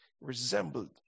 resembled